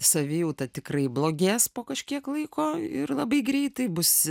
savijauta tikrai blogės po kažkiek laiko ir labai greitai bus